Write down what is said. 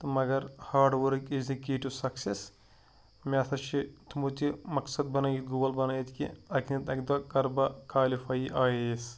تہٕ مگر hard work is a key to success مےٚ ہَسا چھِ تھوٚمُت تہِ مقصد بَنٲیِتھ گول بَنٲیِتھ کہِ اَکہِ نہٕ اَکہِ دۄہ کَرٕ بہٕ کالفاے یہِ آی اے ایس